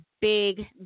big